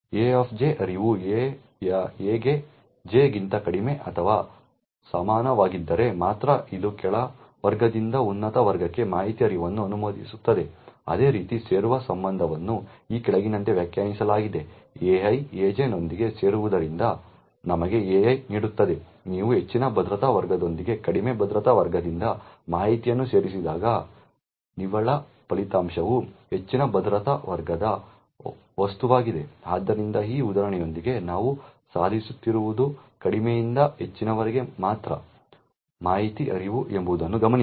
A of J ಹರಿವು A ಯ A ಗೆ J ಗಿಂತ ಕಡಿಮೆ ಅಥವಾ ಸಮಾನವಾಗಿದ್ದರೆ ಮಾತ್ರ ಇದು ಕೆಳ ವರ್ಗದಿಂದ ಉನ್ನತ ವರ್ಗಕ್ಕೆ ಮಾಹಿತಿಯ ಹರಿವನ್ನು ಅನುಮತಿಸುತ್ತದೆ ಅದೇ ರೀತಿ ಸೇರುವ ಸಂಬಂಧವನ್ನು ಈ ಕೆಳಗಿನಂತೆ ವ್ಯಾಖ್ಯಾನಿಸಲಾಗಿದೆ AI AJ ನೊಂದಿಗೆ ಸೇರುವುದರಿಂದ ನಿಮಗೆ AI ನೀಡುತ್ತದೆ ನೀವು ಹೆಚ್ಚಿನ ಭದ್ರತಾ ವರ್ಗದೊಂದಿಗೆ ಕಡಿಮೆ ಭದ್ರತಾ ವರ್ಗದಿಂದ ಮಾಹಿತಿಯನ್ನು ಸೇರಿದಾಗ ನಿವ್ವಳ ಫಲಿತಾಂಶವು ಹೆಚ್ಚಿನ ಭದ್ರತಾ ವರ್ಗದ ವಸ್ತುವಾಗಿದೆ ಆದ್ದರಿಂದ ಈ ಉದಾಹರಣೆಯೊಂದಿಗೆ ನಾವು ಸಾಧಿಸುತ್ತಿರುವುದು ಕಡಿಮೆಯಿಂದ ಹೆಚ್ಚಿನವರೆಗೆ ಮಾತ್ರ ಮಾಹಿತಿ ಹರಿವು ಎಂಬುದನ್ನು ಗಮನಿಸಿ